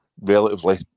relatively